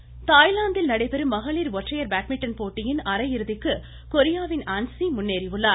badminton தாய்லாந்தில் நடைபெறும் மகளிர் ஒற்றையர் பேட்மிண்டன் போட்டியின் அரையிறுதிக்கு கொரியாவின் ஆன்சி முன்னேறியுள்ளார்